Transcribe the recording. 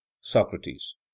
socrates